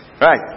Right